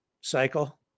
cycle